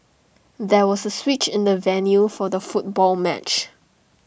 there was A switch in the venue for the football match